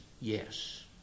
yes